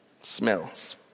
smells